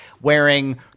wearing